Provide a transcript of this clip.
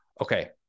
Okay